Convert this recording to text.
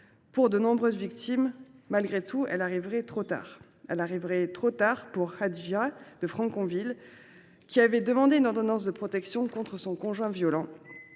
pour de nombreuses victimes, elle arriverait trop tard. Elle arriverait trop tard pour Hadjira, de Franconville, qui avait demandé une ordonnance de protection contre son conjoint violent.